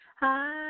Hi